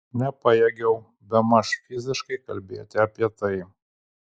nepajėgiau bemaž fiziškai kalbėti apie tai